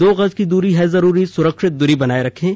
दो गज की दूरी है जरूरी सुरक्षित दूरी बनाए रखें